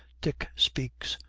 dick speaks.